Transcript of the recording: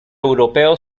europeo